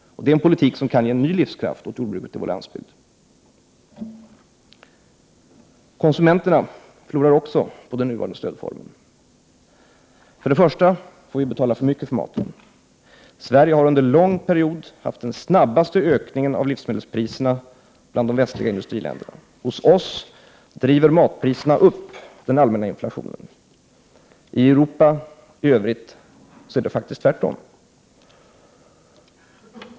Det är en politik som kan ge ny livskraft åt jordbruket och vår landsbygd. Konsumenterna förlorar också på den nuvarande stödformen. Vi får betala för mycket för maten. Sverige har under en lång period haft den snabbaste ökningen av livsmedelspriserna bland de västliga industriländerna. Hos oss driver matpriserna upp den allmänna inflationen. I Europa i Övrigt är det faktiskt tvärtom.